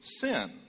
sin